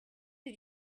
did